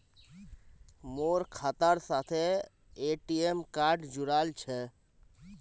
मोर खातार साथे ए.टी.एम कार्ड जुड़ाल छह